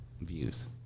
views